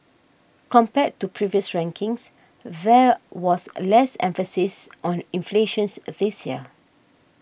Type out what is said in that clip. compared to previous rankings there was less emphasis on inflations this year